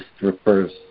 refers